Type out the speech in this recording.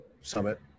summit